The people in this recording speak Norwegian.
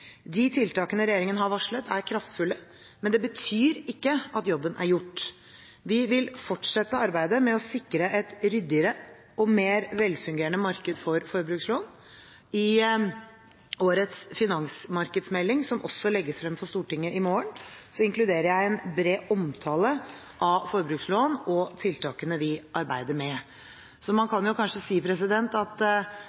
De tiltakene regjeringen har varslet, er kraftfulle, men det betyr ikke at jobben er gjort. Vi vil fortsette arbeidet med å sikre et ryddigere og mer velfungerende marked for forbrukslån. I årets finansmarkedsmelding, som også legges frem for Stortinget i morgen, inkluderer jeg en bred omtale av forbrukslån og tiltakene vi arbeider med. Man